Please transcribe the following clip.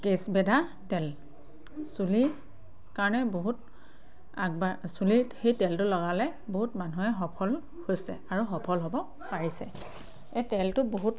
কেশ বেদা তেল চুলিৰ কাৰণে বহুত আগবাঢ়া চুলিত সেই তেলটো লগালে বহুত মানুহে সফল হৈছে আৰু সফল হ'ব পাৰিছে এই তেলটো বহুত